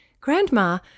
Grandma